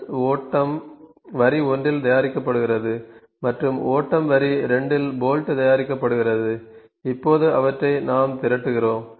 nuts ஓட்டம் வரி 1 இல் தயாரிக்கப்படுகின்றன மற்றும் ஓட்டம் வரி 2 இல் போல்ட் தயாரிக்கப்படுகின்றன இப்போது அவற்றை நாம் திரட்டுகிறோம்